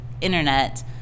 internet